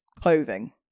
clothing